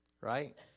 Right